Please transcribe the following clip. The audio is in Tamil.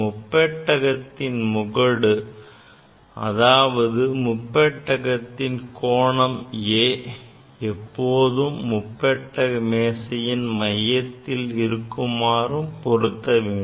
முப்பட்டகத்தின் முகடு அதாவது முப்பட்டகத்தின் கோணம் A எப்போதும் முப்பட்டக மேசையில் மையத்தில் இருக்குமாறு பொருத்த வேண்டும்